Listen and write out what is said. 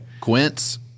Quince